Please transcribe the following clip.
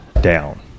down